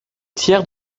tiers